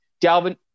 Dalvin –